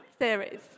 series